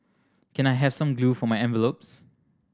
can I have some glue for my envelopes